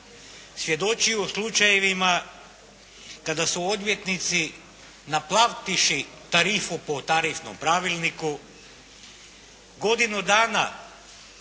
svjedočio slučajevima kada su odvjetnici naplativši tarifu po tarifnom pravilniku godinu dana